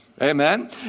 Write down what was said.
Amen